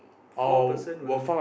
four person will